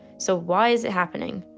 so why is it happening?